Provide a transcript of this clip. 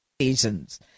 seasons